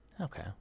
Okay